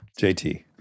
JT